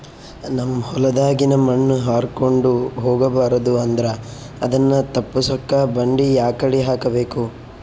ನಮ್ ಹೊಲದಾಗಿನ ಮಣ್ ಹಾರ್ಕೊಂಡು ಹೋಗಬಾರದು ಅಂದ್ರ ಅದನ್ನ ತಪ್ಪುಸಕ್ಕ ಬಂಡಿ ಯಾಕಡಿ ಹಾಕಬೇಕು?